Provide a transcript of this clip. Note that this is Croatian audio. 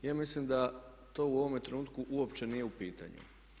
Ja mislim da to u ovome trenutku uopće nije u pitanju.